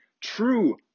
true